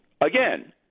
Again